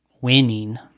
winning